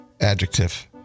adjective